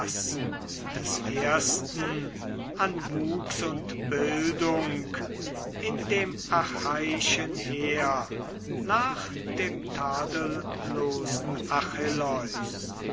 des ersten an wuchs und bildung in dem achaiischen heer nach dem tadellosen